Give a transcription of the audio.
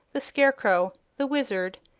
the scarecrow, the wizard,